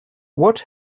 what